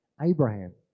Abraham